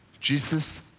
Jesus